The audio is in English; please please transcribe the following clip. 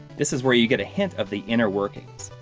this is where you get a hint of the inner workings.